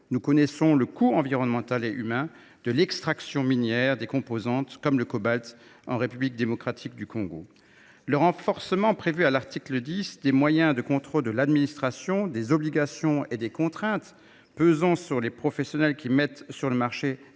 Nous connaissons le coût environnemental et humain de l’extraction minière de ses composants, à l’instar du cobalt en République démocratique du Congo. Prévu à l’article 10, le renforcement des moyens de contrôle de l’administration, des obligations et des contraintes pesant sur les professionnels qui mettent sur le marché